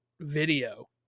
video